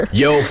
yo